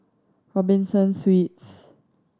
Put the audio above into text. Robinson Suites